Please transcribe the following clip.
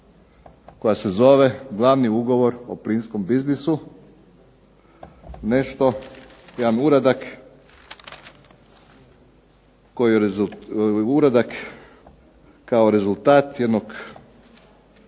koja se zove Glavni ugovor o plinskom biznisu nešto, jedan uradak kao rezultat jednog